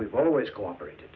we've always cooperated